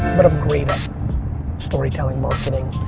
but i'm great at storytelling, marketing.